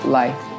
life